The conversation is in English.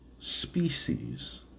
species